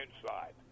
inside